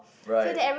right